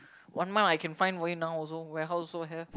one month I can find for you now also warehouse also have